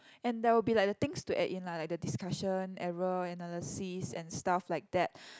and there will be like the things to add in lah like the discussion error analysis and stuff like that